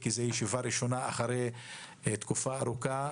כי זו ישיבה הראשונה אחרי תקופה ארוכה.